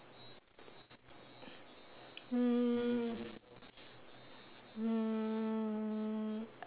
mm